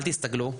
אל תסתגלו,